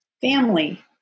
family